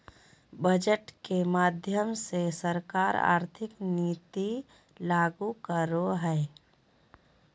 budget के माध्यम से सरकार आर्थिक नीति लागू करो हय